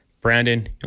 brandon